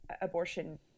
abortion